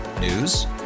News